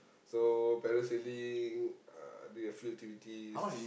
so parasailing uh do a few activities